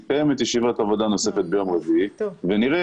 תתקיים ישיבת עבודה נוספת ביום רביעי ונראה